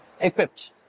equipped